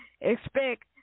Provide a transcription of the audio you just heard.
Expect